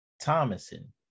Thomason